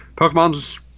Pokemon's